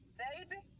baby